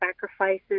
sacrifices